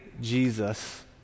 Jesus